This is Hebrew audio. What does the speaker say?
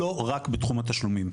ולא רק בתחום התשלומים.